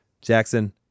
Jackson